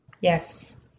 Yes